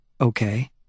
Okay